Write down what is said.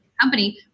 company